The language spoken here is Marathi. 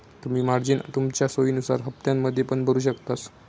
तुम्ही मार्जिन तुमच्या सोयीनुसार हप्त्त्यांमध्ये पण भरु शकतास